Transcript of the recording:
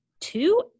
two